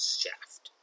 shaft